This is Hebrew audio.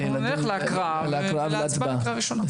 אנחנו נלך להקראה ולהצבעה לקריאה ראשונה,